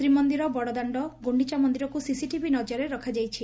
ଶ୍ରୀମନ୍ଦିର ବଡଦାଶ୍ଡ ଗୁଣ୍ଡିଚା ମନ୍ଦିରକୁ ସିସିଟିଭି ନଜରରେ ରଖାଯାଇଛି